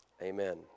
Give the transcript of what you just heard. Amen